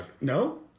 No